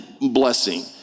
blessing